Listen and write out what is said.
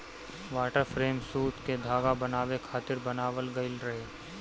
water frame सूत के धागा बनावे खातिर बनावल गइल रहे